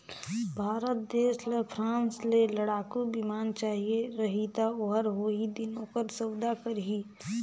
भारत देस ल फ्रांस ले लड़ाकू बिमान चाहिए रही ता ओहर ओही दिन ओकर सउदा करही